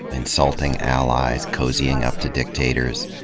insulting allies, cozying up to dictators,